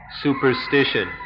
superstition